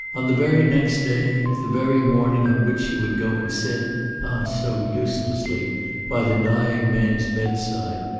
on the very next day, the very morning on which she would go and sit ah so uselessly by the dying man's bedside,